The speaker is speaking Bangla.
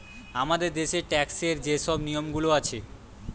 আমাদের দ্যাশের ট্যাক্সের যে শব নিয়মগুলা আছে